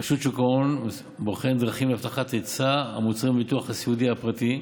רשות שוק ההון בוחנת דרכים להבטחת היצע המוצרים בביטוח הסיעודי הפרטי,